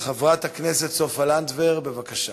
חברת הכנסת סופה לנדבר, בבקשה.